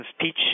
teach